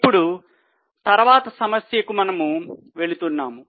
ఇప్పుడు తర్వాత సమస్య కు మనము వెళుతున్నాము